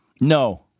No